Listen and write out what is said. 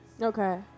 Okay